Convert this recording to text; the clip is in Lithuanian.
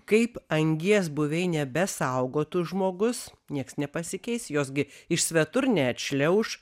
kaip angies buveinę besaugotų žmogus nieks nepasikeis jos gi iš svetur neatšliauš